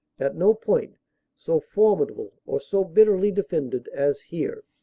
at no point so formidable or so bitterly defended as here.